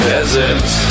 Peasants